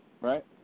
Right